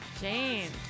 James